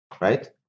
Right